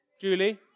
Julie